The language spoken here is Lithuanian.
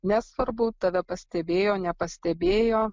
nesvarbu tave pastebėjo nepastebėjo